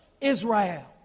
Israel